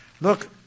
look